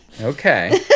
Okay